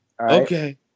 Okay